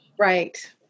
right